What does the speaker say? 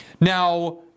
Now